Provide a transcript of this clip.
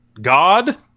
God